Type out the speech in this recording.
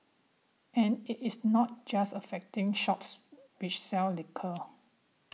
and it is not just affecting shops which sell liquor